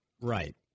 Right